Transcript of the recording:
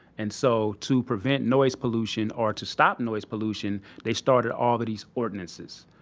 and so to prevent noise pollution or to stop noise pollution, they started all these ordinances,